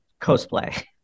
cosplay